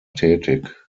tätig